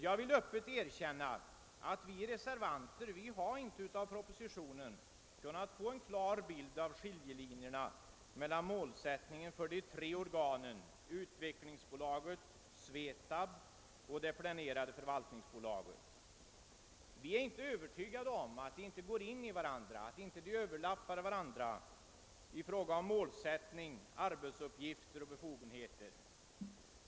Jag vill öppet erkänna att vi reservanter inte har av propositionen kunnat få en klar bild av skillnaden i målsättningen för de tre organen: Utvecklingsbolaget, SVETAB och det planerade förvaltningsbolaget. Vi är inte övertygade om att dessa bolag inte överlappar varandra i fråga om målsättning, arbetsuppgifter och befogenheter.